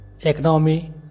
economy